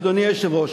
אדוני היושב-ראש,